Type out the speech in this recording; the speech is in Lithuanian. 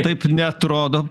taip neatrodo